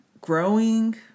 growing